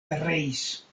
pereis